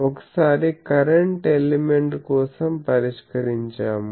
ఒకసారి current element కోసం పరిష్కరించాము